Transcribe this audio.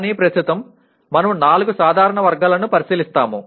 కానీ ప్రస్తుతం మనము నాలుగు సాధారణ వర్గాలను పరిశీలిస్తాము